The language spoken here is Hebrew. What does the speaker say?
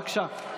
בבקשה.